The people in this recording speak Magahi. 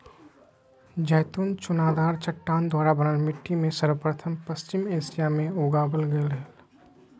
जैतून चुनादार चट्टान द्वारा बनल मिट्टी में सर्वप्रथम पश्चिम एशिया मे उगावल गेल हल